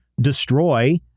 destroy